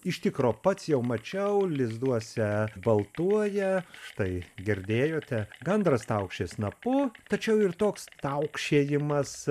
iš tikro pats jau mačiau lizduose baltuoja štai girdėjote gandras taukši snapu tačiau ir toks taukšėjimas